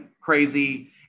crazy